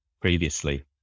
previously